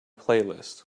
playlist